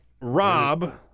Rob